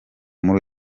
muri